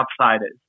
outsiders